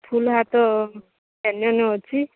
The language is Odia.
ଫୁଲ୍ ହାତ ବେନିୟନ ଅଛି